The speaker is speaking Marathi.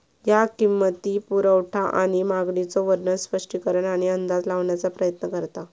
ह्या किंमती, पुरवठा आणि मागणीचो वर्णन, स्पष्टीकरण आणि अंदाज लावण्याचा प्रयत्न करता